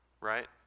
right